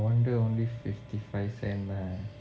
no wonder only fifty five cents lah